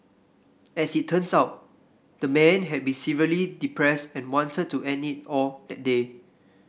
as it turns out the man had been severely depressed and wanted to end it all that day